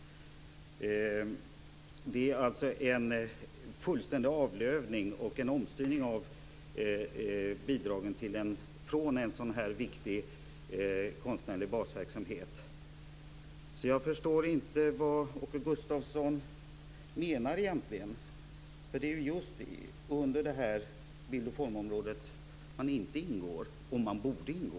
Det är alltså en fullständig avlövning och en omstyrning av bidragen från en sådan här viktig konstnärlig basverksamhet. Jag förstår inte vad Åke Gustavsson egentligen menar. Det är just under bild och formområdet man inte ingår men där man borde ingå.